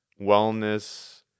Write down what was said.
wellness